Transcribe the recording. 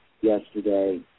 yesterday